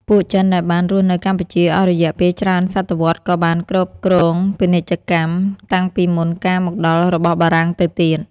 ពួកចិនដែលបានរស់នៅកម្ពុជាអស់រយៈពេលច្រើនសតវត្សកបានគ្រប់គ្រងពាណិជ្ជកម្ម តាំងពីមុនការមកដល់របស់បារាំងទៅទៀត។